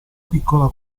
piccola